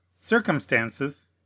Circumstances